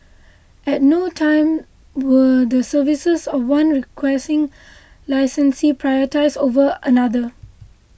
at no time were the services of one Requesting Licensee prioritised over another